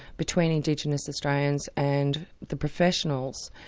between indigenous australians and the professionals.